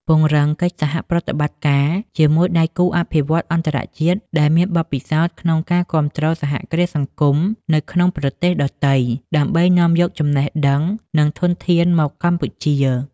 ពង្រឹងកិច្ចសហប្រតិបត្តិការជាមួយដៃគូអភិវឌ្ឍន៍អន្តរជាតិ ដែលមានបទពិសោធន៍ក្នុងការគាំទ្រសហគ្រាសសង្គមនៅក្នុងប្រទេសដទៃ ដើម្បីនាំយកចំណេះដឹង និងធនធានមកកម្ពុជា ។